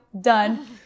done